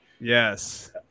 Yes